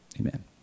amen